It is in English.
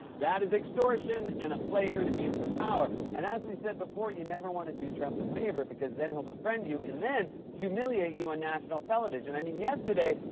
that is extortion and a flagrant abuse of power. and as we said before, you never want to do trump a favor because then he'll befriend you and then humiliate you on national television. i mean, yesterday,